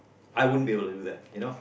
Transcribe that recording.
I won't be able to do that you know